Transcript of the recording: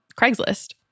Craigslist